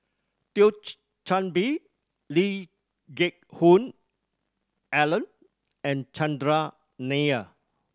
Chan Bee Lee Geck Hoon Ellen and Chandran Nair